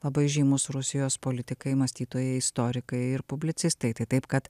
labai žymūs rusijos politikai mąstytojai istorikai ir publicistai tai taip kad